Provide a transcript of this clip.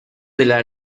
della